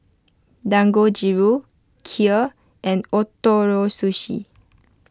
Dangojiru Kheer and Ootoro Sushi